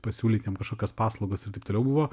pasiūlyt jiems kažkokias paslaugas ir taip toliau buvo